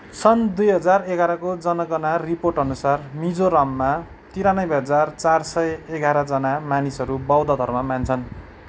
सन् दुई हजार एघारको जनगणना रिपोर्टअनुसार मिजोरममा तिरानब्बे हजार चार सय एघारजना मानिसहरू बौद्ध धर्म मान्छन्